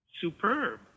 superb